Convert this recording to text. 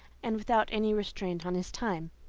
and without any restraint on his time.